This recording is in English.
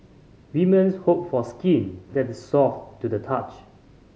women hope for skin that is soft to the touch